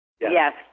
Yes